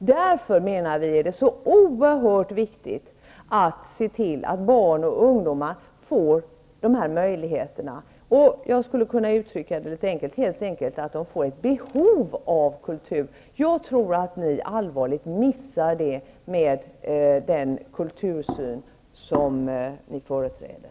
Därför menar vi att det är oerhört viktigt att se till att barn och ungdomar får möjligheter i det här sammanhanget -- ja, helt enkelt att de får ett behov av kultur. Jag tror att ni allvarligt missar detta med den kultursyn som ni företräder.